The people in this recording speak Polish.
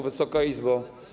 Wysoka Izbo!